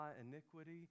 iniquity